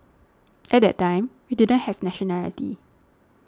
at that time we didn't have nationality